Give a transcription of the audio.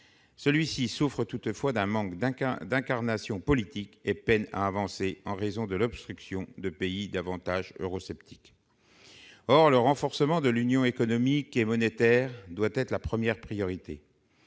celui-ci souffre toutefois d'un manque d'un cas d'incarnation politique et peinent à avancer en raison de l'obstruction de pays davantage eurosceptique, or le renforcement de l'union économique et monétaire doit être la première priorité,